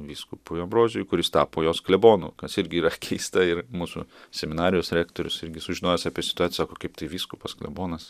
vyskupui ambrozijui kuris tapo jos klebonu kas irgi yra keista ir mūsų seminarijos rektorius irgi sužinojęs apie situaciją kaip tai vyskupas klebonas